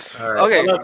Okay